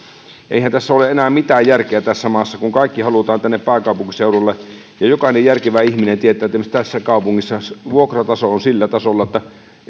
eihän ole enää mitään järkeä tässä maassa kun kaikki halutaan tänne pääkaupunkiseudulle ja jokainen järkevä ihminen tietää että esimerkiksi vuokrat ovat tässä kaupungissa sillä tasolla että